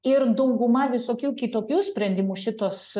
ir dauguma visokių kitokių sprendimų šitos